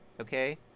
okay